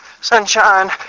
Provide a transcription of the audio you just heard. sunshine